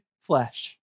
flesh